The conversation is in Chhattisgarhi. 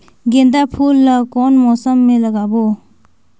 गेंदा फूल ल कौन मौसम मे लगाबो?